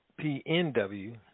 PNW